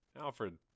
Alfred